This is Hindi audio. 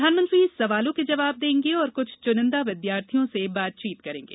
प्रधानमंत्री सवालों के जवाब देंगे और कुछ चुनिंदा विद्यार्थियों से बातचीत करेंगे